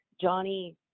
Johnny